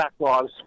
backlogs